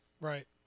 Right